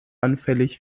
anfällig